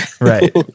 right